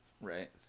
Right